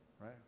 right